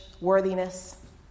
worthiness